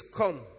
come